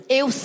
eu